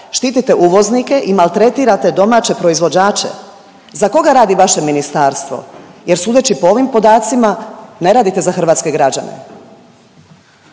Štitite uvoznike i maltretirate domaće proizvođače? Za koga radi vaše ministarstvo jer, sudeći po ovim podacima, ne radite za hrvatske građane.